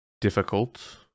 difficult